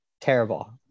terrible